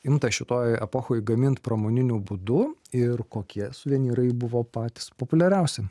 imta šitoj epochoj gamint pramoniniu būdu ir kokie suvenyrai buvo patys populiariausi